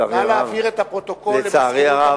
נא להעביר את הפרוטוקול למזכירות הממשלה.